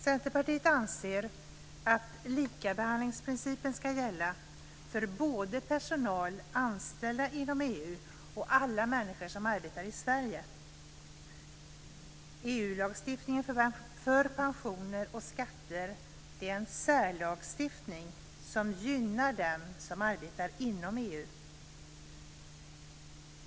Centerpartiet anser att likabehandlingsprincipen ska gälla för både personal anställda inom EU och alla människor som arbetar i Sverige. EU lagstiftningen för pensioner och skatter är en särlagstiftning som gynnar den som arbetar inom EU.